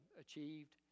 achieved